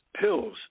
pills